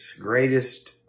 greatest